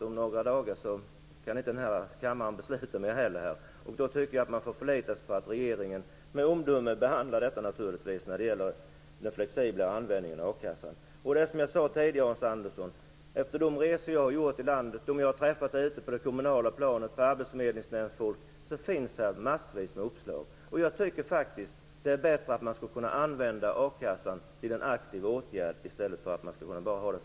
Om några dagar kan inte kammaren fatta beslut. Man får då förlita sig på att regeringen behandlar frågan om flexibel användning av a-kassan med omdöme. Det är precis som jag har sagt tidigare, Hans Andersson. Vid de resor jag har gjort ute i landet - de jag har träffat på det kommunala planet, vid arbetsförmedlingar osv. - har jag sett att det finns massor med uppslag. Jag tycker faktiskt att det är bättre att man använder a-kassan till en aktiv åtgärd i stället för en passiv.